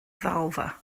ddalfa